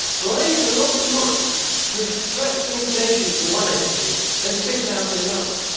well i use a lot of mine to extract information from one entity and spit it out in another.